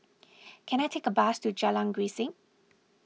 can I take a bus to Jalan Grisek